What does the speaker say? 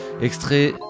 extrait